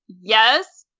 Yes